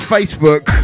Facebook